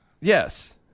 Yes